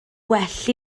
well